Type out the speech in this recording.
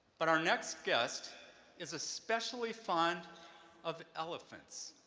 but our next guest is especially fond of elephants.